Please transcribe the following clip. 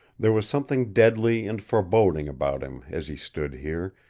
there was something deadly and foreboding about him as he stood here,